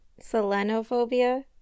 Selenophobia